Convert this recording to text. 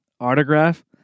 autograph